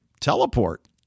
teleport